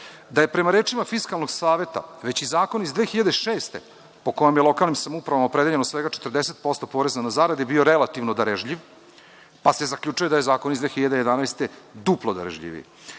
da je prema rečima Fiskalnog saveta, već i zakon iz 2006. godine, po kojima je lokalnim samoupravama opredeljeno svega 40% poreza na zarade, bio relativno darežljiv, pa se zaključuje da je zakon iz 2011. godine duplo darežljiviji;